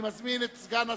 אני מזמין את סגן השר,